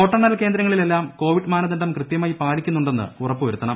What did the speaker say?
വോട്ടെണ്ണൽ കേന്ദ്രങ്ങളിലെല്ലാം ക്ടോപിഡ് മാനദണ്ഡം കൃത്യമായി പാലിക്കുന്നുണ്ടെന്ന് ഉദ്യ്പൂവ്രുത്തണം